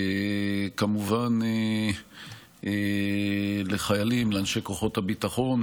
כמובן לחיילים, לאנשי כוחות הביטחון.